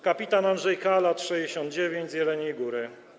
Kpt. Andrzej K., lat 69, z Jeleniej Góry.